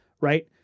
right